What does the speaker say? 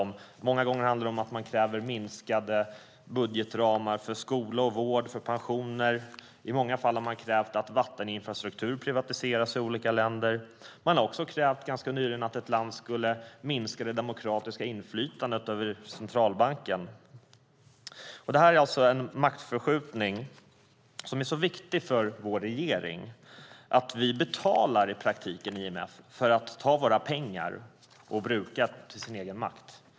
Många gånger handlar det om att man kräver minskade budgetramar för skola, vård och pensioner. I många fall har man krävt att vatteninfrastruktur privatiseras i olika länder. Ganska nyligen har man krävt att ett land skulle minska det demokratiska inflytandet över centralbanken. Det här är alltså en maktförskjutning som är så viktig för vår regering att vi i praktiken betalar IMF för att ta våra pengar och bruka dem till sin egen makt.